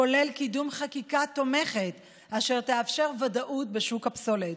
כולל קידום חקיקה תומכת אשר תאפשר ודאות בשוק הפסולת.